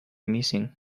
missing